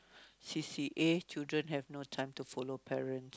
C_C_A children have no time to follow parent